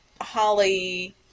Holly